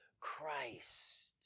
Christ